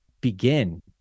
begin